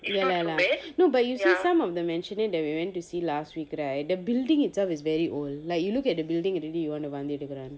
ya lah lah no but you see some of the masionette we went to see last week right the building itself is very old like you look at the building already you want to வந்து எடுக்குறன்:vanthu edukkuran